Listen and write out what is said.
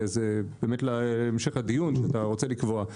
וזה באמת להמשך הדיון שאתה רוצה לקבוע,